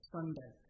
Sunday